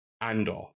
Andor